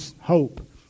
hope